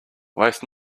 waste